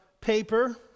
paper